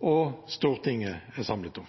og at Stortinget er samlet om.